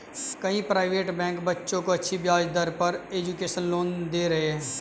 कई private bank बच्चों को अच्छी ब्याज दर पर एजुकेशन लोन दे रहे है